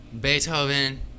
Beethoven